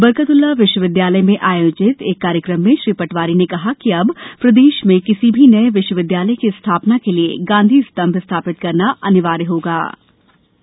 बरकतउल्ला विश्वविद्यालय में आयोजित एक कार्यकम में श्री पटवारी ने कहा कि अब प्रदेश में किसी भी नए विश्वविद्यालय की स्थापना के लिए गांधी स्तंभ स्थापित करना अनिवार्य होगा तभी अनुमति दी जायेगी